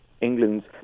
England's